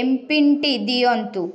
ଏମ୍ପିନ୍ଟି ଦିଅନ୍ତୁ